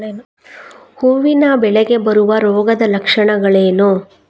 ಹೂವಿನ ಬೆಳೆಗೆ ಬರುವ ರೋಗದ ಲಕ್ಷಣಗಳೇನು?